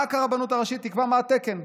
רק הרבנות הראשית תקבע מה התקן.